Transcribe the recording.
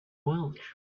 welch